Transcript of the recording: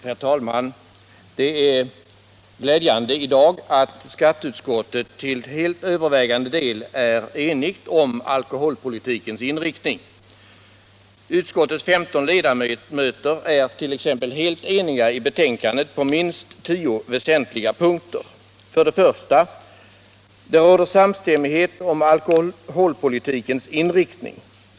Herr talman! Det är glädjande att skatteutskottet i dag till helt övervägande del är enigt om alkoholpolitikens inriktning. Utskottets 15 ledamöter är helt ense i betänkandet på minst tio väsentliga punkter. 1. Det råder samstämmighet om alkoholpolitikens inriktning.